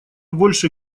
больше